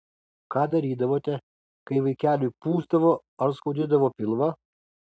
ką darydavote kai vaikeliui pūsdavo ar skaudėdavo pilvą